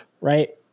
right